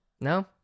no